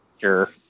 sure